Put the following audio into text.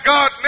God